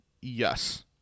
yes